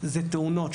זה תאונות,